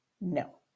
No